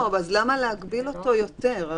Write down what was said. אז למה להגביל אותו יותר?